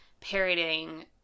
parodying